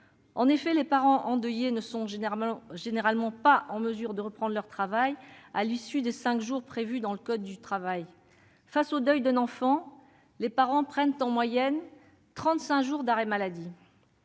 En effet, les parents endeuillés ne sont généralement pas en mesure de reprendre leur travail à l'issue des cinq jours prévus dans le code du travail. Face au deuil d'un enfant, les parents prennent en moyenne trente-cinq jours d'arrêt maladie.